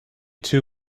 too